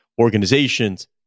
organizations